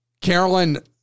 Carolyn